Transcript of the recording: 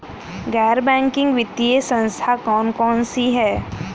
गैर बैंकिंग वित्तीय संस्था कौन कौन सी हैं?